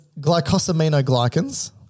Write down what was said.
glycosaminoglycans